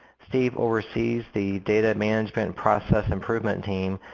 steve oversees the data management process improvement team,